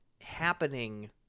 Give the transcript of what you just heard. happening